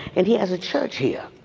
and he has a church here.